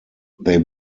they